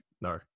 No